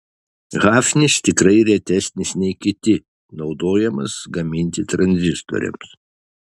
hafnis tikrai retesnis nei kiti naudojamas gaminti tranzistoriams